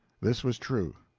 this was true.